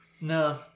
No